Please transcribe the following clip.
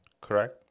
Correct